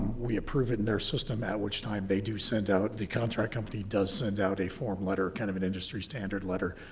we approve it in their system, at which time they do send out, the contract company does send out a form letter, kind of an industry standard letter,